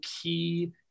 key